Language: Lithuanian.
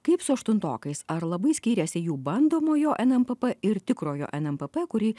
kaip su aštuntokais ar labai skyrėsi jų bandomojo nmpp ir tikrojo nmpp kurį